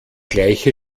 gleiche